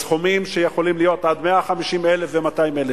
בסכומים שיכולים להיות עד 150,000 ו-200,000